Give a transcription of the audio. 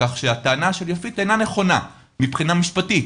כך שהטענה של יפית אינה נכונה מבחינה משפטית,